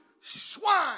swine